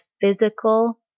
physical